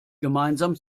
gemeinsam